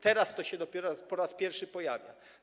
Teraz to się dopiero po raz pierwszy pojawi.